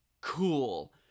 Cool